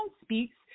speaks